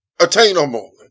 attainable